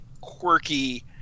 quirky